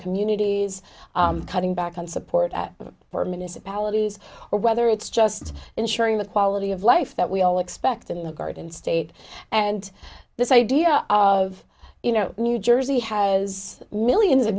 communities cutting back on support for municipalities or whether it's just ensuring the quality of life that we all expect in the garden state and this idea of you know new jersey has millions and